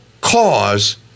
cause